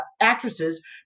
actresses